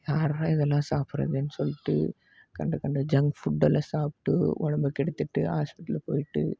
யார்றா இதெல்லாம் சாப்பிட்றதுன்னு சொல்லிட்டு கண்ட கண்ட ஜங் ஃபுட்டெல்லாம் சாப்பிட்டு உடம்ப கெடுத்துகிட்டு ஹாஸ்பிடல் போயிட்டு